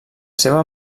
seva